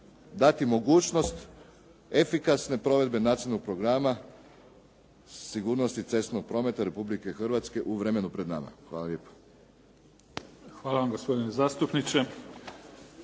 dati mogućnost efikasne provedbe Nacionalnog programa sigurnosti cestovnog prometa Republike Hrvatske u vremenu pred nama. Hvala lijepo. **Mimica, Neven (SDP)** Hvala vam gospodine zastupniče.